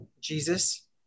Jesus